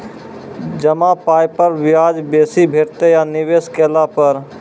जमा पाय पर ब्याज बेसी भेटतै या निवेश केला पर?